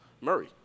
Murray